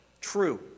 True